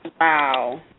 wow